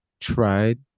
tried